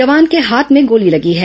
जवान के हाथ में गोली लगी है